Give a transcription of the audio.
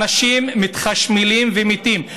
אנשים מתחשמלים ומתים.